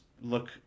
look